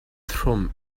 trwm